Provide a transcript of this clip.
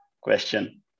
question